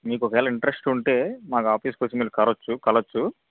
మీకు ఒకవేళ ఇంట్రెస్ట్ ఉంటే మాకు ఆఫీస్ కు వచ్చి మీరు కరోచ్చు కలవచ్చు